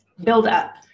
buildup